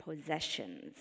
possessions